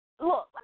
Look